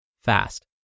fast